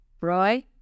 Roy